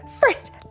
first